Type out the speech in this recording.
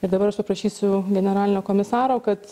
ir dabar aš paprašysiu generalinio komisaro kad